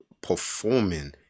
performing